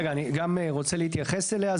רגע, אני גם רוצה להתייחס אליה.